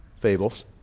fables